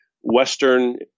Western